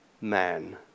man